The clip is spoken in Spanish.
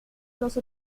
los